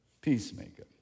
peacemaker